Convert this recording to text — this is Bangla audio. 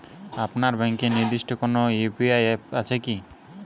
আপনার ব্যাংকের নির্দিষ্ট কোনো ইউ.পি.আই অ্যাপ আছে আছে কি?